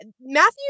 matthew